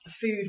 food